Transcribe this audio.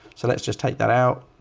so let's just take that out.